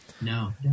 No